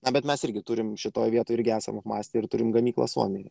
na bet mes irgi turime šitoje vietoj irgi esama mąstė ir turime gamyklas suomijoje